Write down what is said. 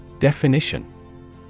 Definition